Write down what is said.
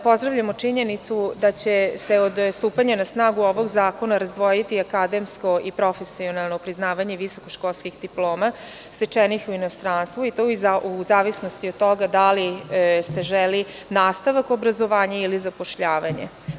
Pozdravljamo činjenicu da će se od stupanja na snagu ovog zakona razdvojiti akademsko i profesionalno priznavanje visokoškolskih diploma stečenih u inostranstvu i to u zavisnosti od toga da li se želi nastavak obrazovanja ili zapošljavanje.